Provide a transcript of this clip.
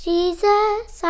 Jesus